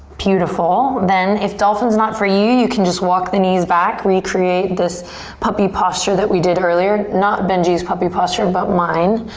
beautful, then if dolphin's not for you you can just walk the knees back, recreate this puppy posture that we did earlier. not benji's puppy posture but mine.